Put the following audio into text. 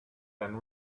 than